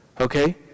okay